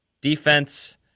Defense